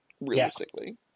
realistically